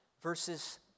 verses